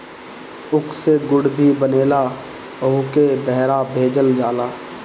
ऊख से गुड़ भी बनेला ओहुके बहरा भेजल जाला